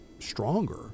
stronger